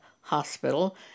hospital